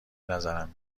بنظرم